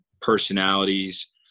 personalities